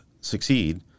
succeed